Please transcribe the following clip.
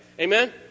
Amen